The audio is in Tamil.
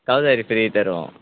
கௌதாரி ஃப்ரி தருவோம்